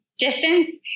distance